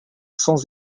sans